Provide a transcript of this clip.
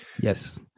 Yes